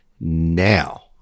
now